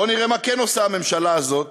בוא נראה מה כן עושה הממשלה הזאת